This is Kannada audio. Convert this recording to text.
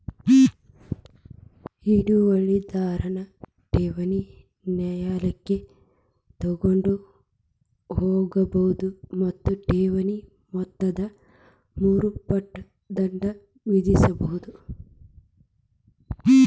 ಹಿಡುವಳಿದಾರನ್ ಠೇವಣಿನ ನ್ಯಾಯಾಲಯಕ್ಕ ತಗೊಂಡ್ ಹೋಗ್ಬೋದು ಮತ್ತ ಠೇವಣಿ ಮೊತ್ತದ ಮೂರು ಪಟ್ ದಂಡ ವಿಧಿಸ್ಬಹುದು